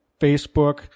Facebook